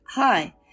Hi